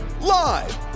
live